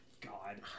god